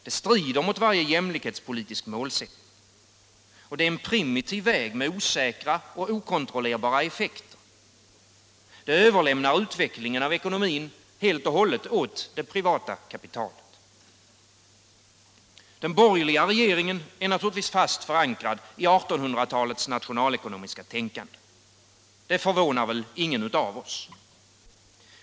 Det strider mot varje jämlikhetspolitisk målsättning, och det är en primitiv väg med osäkra och okontrollerbara effekter. Det överlämnar utvecklingen av ekonomin helt och hållet åt det privata kapitalet. Den borgerliga regeringen är naturligtvis fast förankrad i 1800-talets nationalekonomiska tänkande. Det förvånar väl ingen av oss.